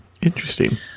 Interesting